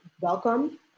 welcome